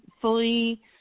fully